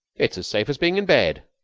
it's as safe as being in bed.